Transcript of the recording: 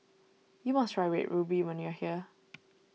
you must try Red Ruby when you are here